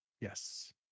Yes